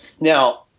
Now